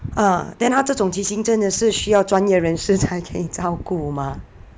uh then 她这种情形真的是需要专业人士才可以照顾 mah